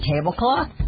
tablecloth